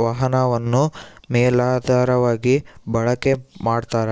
ವಾಹನವನ್ನು ಮೇಲಾಧಾರವಾಗಿ ಬಳಕೆ ಮಾಡ್ತಾರ